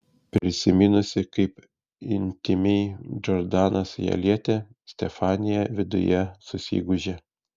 prisiminusi kaip intymiai džordanas ją lietė stefanija viduje susigūžė